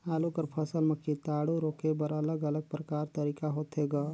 आलू कर फसल म कीटाणु रोके बर अलग अलग प्रकार तरीका होथे ग?